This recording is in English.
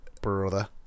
brother